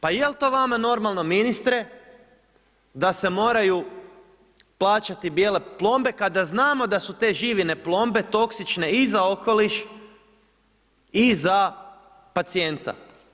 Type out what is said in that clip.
Pa je li to vama normalno ministre da se moraju plaćati bijele plombe kada znamo da su te živine plombe toksične i za okoliš i za pacijenta?